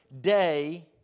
day